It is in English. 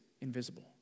invisible